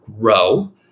grow